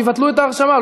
שיבטלו את ההרשמה.